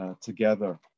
together